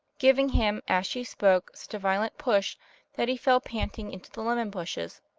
giving him as she spoke such a violent push that he fell panting into the lemon bushes.